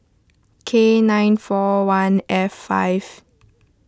K nine four one F five